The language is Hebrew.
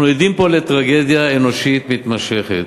אנחנו עדים פה לטרגדיה אנושית מתמשכת.